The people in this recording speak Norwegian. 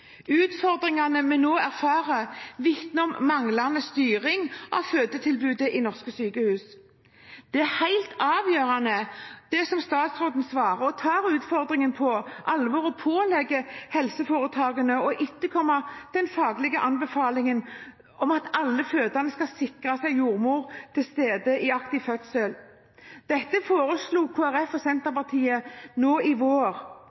Utfordringene vi nå erfarer, vitner om manglende styring av fødetilbudet i norske sykehus. Det er helt avgjørende, som statsråden svarte, å ta utfordringen på alvor og pålegge helseforetakene å etterkomme den faglige anbefalingen om at alle fødende skal sikres en jordmor til stede i aktiv fase av fødselen. Dette foreslo Kristelig Folkeparti og Senterpartiet i vår,